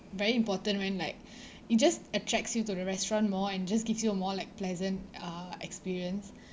very important when like it just attracts you to the restaurant more and just gives you a more like pleasant uh experience